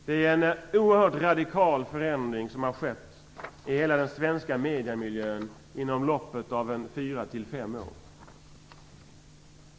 Det är en oerhört radikal förändring som har skett i hela den svenska mediemiljön inom loppet av fyra fem år.